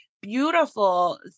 beautiful